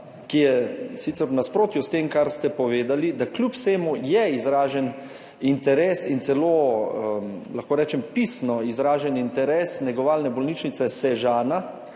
ki je sicer v nasprotju s tem, kar ste povedali – da kljub vsemu je izražen interes in celo pisno izražen interes negovalne bolnišnice Sežana